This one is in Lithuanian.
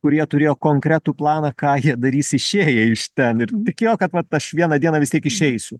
kurie turėjo konkretų planą ką jie darys išėję iš ten ir tikėjo kad vat aš vieną dieną vis tiek išeisiu